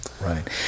Right